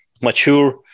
mature